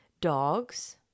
Dogs